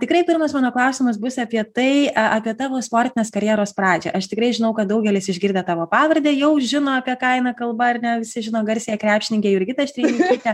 tikrai pirmas mano klausimas bus apie tai apie tavo sportinės karjeros pradžią aš tikrai žinau kad daugelis išgirdę tavo pavardę jau žino apie ką eina kalba ar ne visi žino garsiąją krepšininkę jurgitą štreimikytę